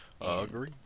agree